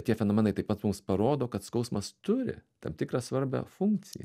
tie fenomenai taip pat mums parodo kad skausmas turi tam tikrą svarbią funkciją